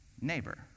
Neighbor